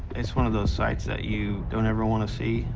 it's one of those sights that you don't ever want to see,